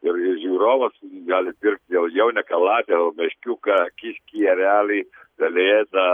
ir ir žiūrovas gali pirkt jau jau ne kaladę o meškiuką kiškį erelį pelėdą